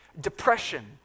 depression